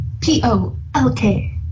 P-O-L-K